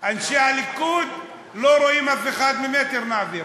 אנשי הליכוד, לא רואים אף אחד ממטר, נעביר.